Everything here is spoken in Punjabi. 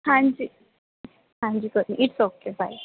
ਹਾਂਜੀ ਹਾਂਜੀ ਕੋਈ ਨਹੀਂ ਇਟਸ ਓਕੇ ਬਾਏ